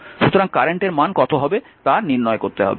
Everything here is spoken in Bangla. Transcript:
সুতরাং কারেন্টের মান কত হবে তা নির্ণয় করতে হবে